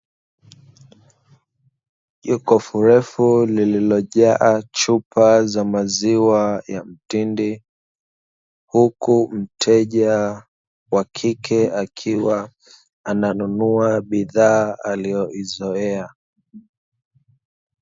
Jokofu refu lililojaa chupa za maziwa ya mtindi, huku mteja wa kike akiwa ananunua bidhaa aliyoizoea.